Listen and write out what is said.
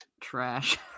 trash